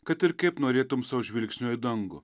kad ir kaip norėtum sau žvilgsnio į dangų